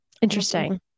Interesting